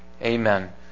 Amen